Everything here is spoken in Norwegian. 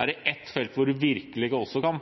Er det et felt hvor vi virkelig kan